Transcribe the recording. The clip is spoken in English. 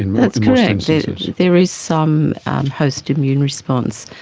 and that's correct, there is some post immune response,